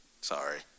Sorry